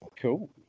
Cool